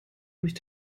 durch